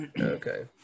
Okay